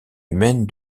humaine